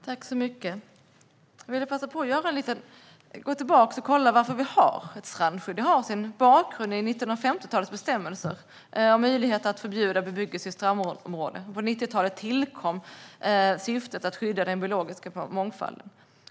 Herr talman! Jag vill passa på att gå tillbaka och kolla varför vi har ett strandskydd. Det har sin bakgrund i 1950-talets bestämmelser om möjlighet att förbjuda bebyggelse i strandområden. På 90-talet tillkom syftet att skydda den biologiska mångfalden.